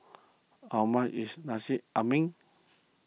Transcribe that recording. how much is Nasi Ambeng